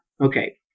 okay